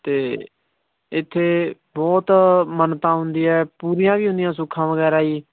ਅਤੇ ਇੱਥੇ ਬਹੁਤ ਮੰਨਤਾ ਹੁੰਦੀ ਹੈ ਪੂਰੀਆਂ ਵੀ ਹੁੰਦੀਆਂ ਸੁੱਖਾਂ ਵਗੈਰਾ ਜੀ